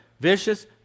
Vicious